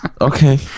Okay